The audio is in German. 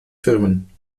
firmen